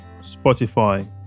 Spotify